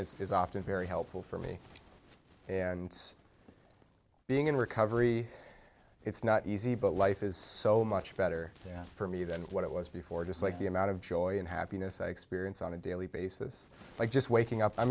routine is often very helpful for me and being in recovery it's not easy but life is so much better for me than what it was before just like the amount of joy and happiness i experience on a daily basis like just waking up i'm